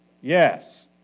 Yes